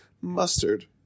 mustard